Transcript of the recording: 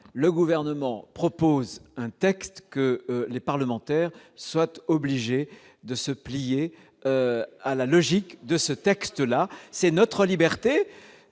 le Gouvernement présente un texte que les parlementaires sont obligés de se plier à sa logique. Exactement ! C'est notre liberté